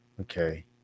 Okay